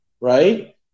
right